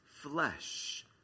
flesh